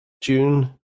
June